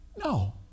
No